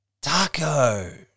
Taco